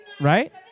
Right